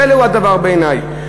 פלא הוא הדבר בעיני.